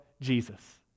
Jesus